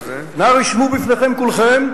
נא רשמו בפניכם כולכם,